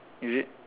is it